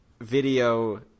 video